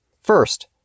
First